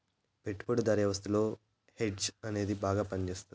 పెట్టుబడిదారీ వ్యవస్థలో హెడ్జ్ అనేది బాగా పనిచేస్తది